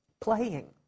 playing